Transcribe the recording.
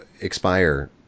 expire